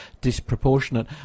disproportionate